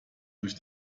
durch